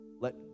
Let